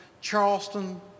Charleston